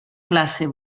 classe